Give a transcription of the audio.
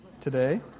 today